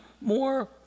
more